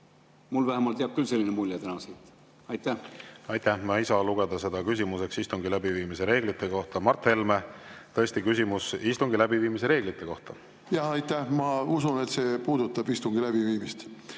Mulle vähemalt jääb küll selline mulje täna siit. Aitäh! Ma ei saa lugeda seda küsimuseks istungi läbiviimise reeglite kohta. Mart Helme, tõesti küsimus istungi läbiviimise reeglite kohta. Aitäh! Ma ei saa lugeda seda küsimuseks istungi läbiviimise